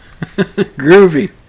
Groovy